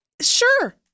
Sure